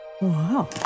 Wow